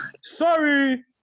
Sorry